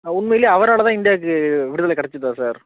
ஆ உண்மையிலே அவரால்தான் இண்டியாவுக்கு விடுதலை கிடைச்சிதா சார்